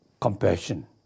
compassion